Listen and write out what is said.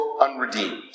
unredeemed